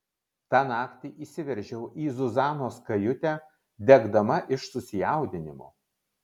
tą naktį įsiveržiau į zuzanos kajutę degdama iš susijaudinimo